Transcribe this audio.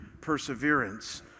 perseverance